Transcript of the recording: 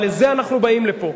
אבל לזה אנחנו באים לפה.